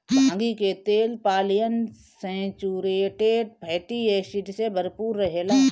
भांगी के तेल पालियन सैचुरेटेड फैटी एसिड से भरपूर रहेला